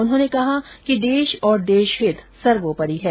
उन्होंने कहा कि देश और देश हित सर्वोपरि है